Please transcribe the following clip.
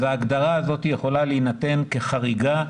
אז ההגדרה הזאת יכולה להינתן כחריגה,